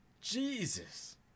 Jesus